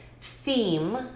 theme